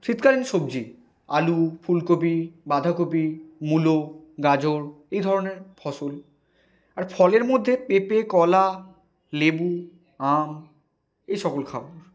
শীতকালীন সবজি আলু ফুলকপি বাঁধাকপি মুলো গাজর এই ধরনের ফসল আর ফলের মধ্যে পেঁপে কলা লেবু আম এই সকল খাবার